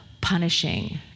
punishing